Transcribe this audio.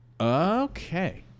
okay